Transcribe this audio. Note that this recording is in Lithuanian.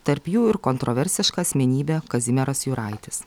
tarp jų ir kontroversiška asmenybė kazimieras juraitis